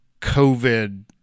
COVID